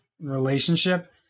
relationship